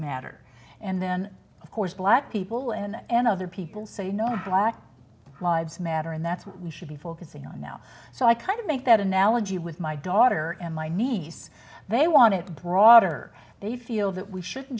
matter and then of course black people and other people say you know black lives matter and that's what we should be focusing on now so i kind of make that analogy with my daughter and my niece they want it brought or they feel that we should